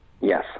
Yes